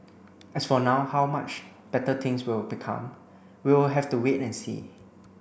as for now how much better things will become we'll have to wait and see